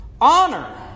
Honor